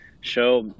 show –